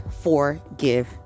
forgive